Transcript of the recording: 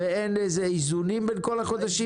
ואין לזה איזונים בין כל החודשים?